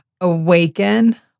Awaken